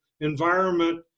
environment